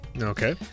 Okay